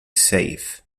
safe